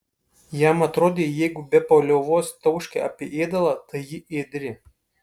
jam atrodė jeigu be paliovos tauškia apie ėdalą tai ji ėdri